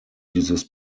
dieses